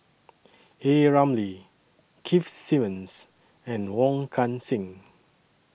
A Ramli Keith Simmons and Wong Kan Seng